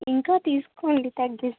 ఇంకా తీసుకోండి తగ్గిస్తాను